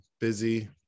busy